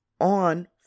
on